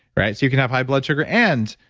right? so, you can have high blood sugar and.